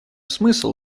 смысл